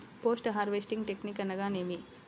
Post harvesting technique అనగా నేమి?